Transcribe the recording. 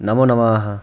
नमो नमाः